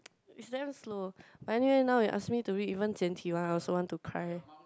it's damn slow but anyway now you ask me to read even 简体 one I also want to cry